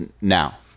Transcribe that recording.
now